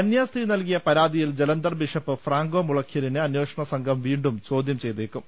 കന്യാസ്ത്രീ നൽകിയ പരാതിയിൽ ജലന്ധർ ബിഷപ്പ് ഫ്രാങ്കോ മുളയ്ക്കലിനെ അന്വേഷണസംഘം വീണ്ടും ചോദ്യം ചെയ്തേ ക്കും